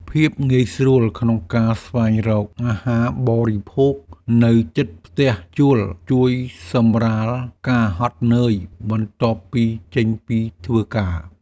ភាពងាយស្រួលក្នុងការស្វែងរកអាហារបរិភោគនៅជិតផ្ទះជួលជួយសម្រាលការហត់នឿយបន្ទាប់ពីចេញពីធ្វើការ។